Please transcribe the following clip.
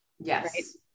Yes